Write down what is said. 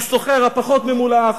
לסוחר הפחות ממולח,